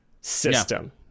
system